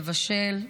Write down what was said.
לבשל,